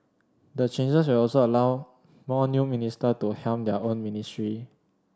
the changes will also allow more new minister to helm their own ministry